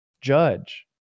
judge